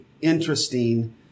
interesting